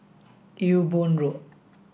Ewe Boon Road